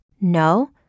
No